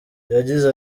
yagize